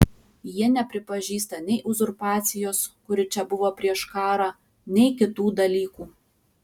jie nepripažįsta nei uzurpacijos kuri čia buvo prieš karą nei kitų dalykų